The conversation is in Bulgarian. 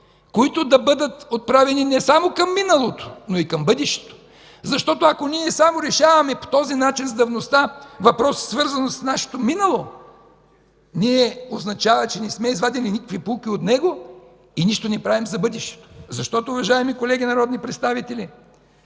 които да бъдат отправени не само към миналото, но и към бъдещето, защото ако ние само решаваме по този начин с давността въпроса, свързан с нашето минало, означава че не сме извадили никакви поуки от него и нищо не правим за бъдещето. Уважаеми колеги народни представители,